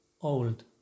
Old